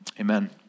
Amen